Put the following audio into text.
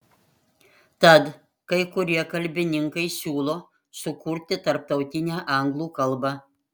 tad kai kurie kalbininkai siūlo sukurti tarptautinę anglų kalbą